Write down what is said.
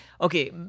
Okay